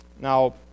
Now